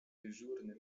dyżurny